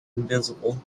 invincible